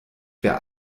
wer